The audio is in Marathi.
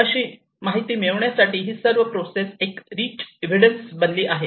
अशी माहिती मिळवण्यासाठी ही सर्व प्रोसेस एक रिच एव्हिडन्स बनली आहे